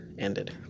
ended